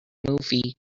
movie